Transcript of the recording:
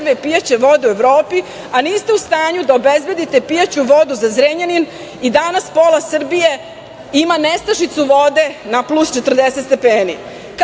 rezerve pijaće vode u Evropi, a niste u stanju da obezbedite pijaću vodu za Zrenjanin i danas pola Srbije ima nestašicu vode na plus 40 stepeni.